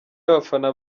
y’abafana